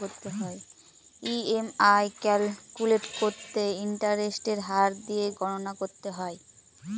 EMI calculate করতে ইন্টারেস্টের হার দিয়ে গণনা করতে হয়